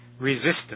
resistance